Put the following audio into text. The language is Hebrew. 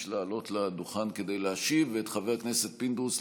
לעלות לדוכן להשיב ואת חבר הכנסת פינדרוס,